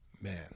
man